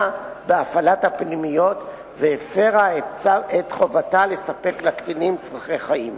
בהפעלת הפנימייה והפירה את חובתה לספק לקטינים צורכי חיים.